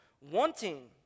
wanting